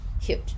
huge